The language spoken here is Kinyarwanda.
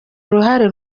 uruhare